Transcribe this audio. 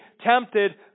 tempted